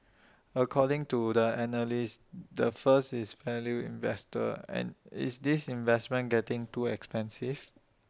according to the analyst the first is value investor is this investment getting too expensive